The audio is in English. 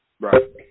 Right